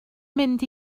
mynd